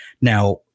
Now